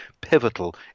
pivotal